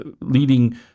leading